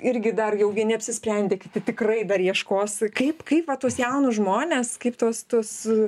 irgi dar ilgai neapsisprendė kiti tikrai dar ieškos kaip kaip va tuos jaunus žmones kaip tuos tuos